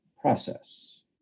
process